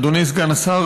אדוני סגן השר,